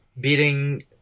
beating